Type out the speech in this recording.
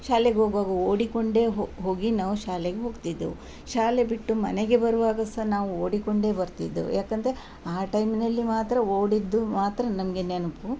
ಶಾಲೆಗೆ ಹೋಗುವಾಗ ಓಡಿಕೊಂಡೇ ಹೊ ಹೋಗಿ ನಾವು ಶಾಲೆಗೆ ಹೋಗ್ತಿದ್ದೆವು ಶಾಲೆ ಬಿಟ್ಟು ಮನೆಗೆ ಬರುವಾಗ ಸಹ ನಾವು ಓಡಿಕೊಂಡೇ ಬರ್ತಿದ್ದೆವು ಏಕಂದ್ರೆ ಆ ಟೈಮ್ನಲ್ಲಿ ಮಾತ್ರ ಓಡಿದ್ದು ಮಾತ್ರ ನನಗೆ ನೆನಪು